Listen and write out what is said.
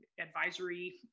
advisory